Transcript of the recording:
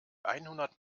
einhundert